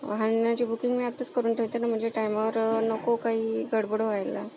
आणि माझी बुकिंग मी आत्ताच करून ठेवते ना म्हणजे टाईमावर नको काही गडबड व्हायला